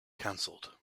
cancelled